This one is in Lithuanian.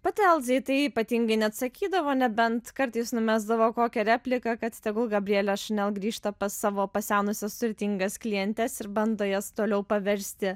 pati elza į tai ypatingai neatsakydavo nebent kartais numesdavo kokią repliką kad tegul gabrielė chanel grįžta pas savo pasenusias turtingas klientes ir bando jas toliau paversti